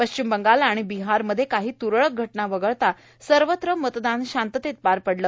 पश्चिम बंगाल आणि बिहारमध्ये काही तुरळक घटना वगळता सर्वत्र मतदान शांततेत पार पडलं